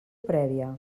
prèvia